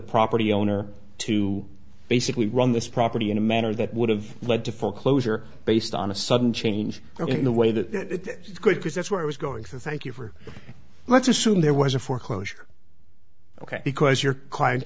property owner to basically run this property in a manner that would have led to foreclosure based on a sudden change in the way that is good because that's where i was going to thank you for let's assume there was a foreclosure ok because your client